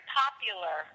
popular